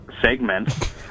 segment